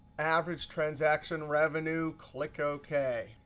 average transaction revenue, click ok.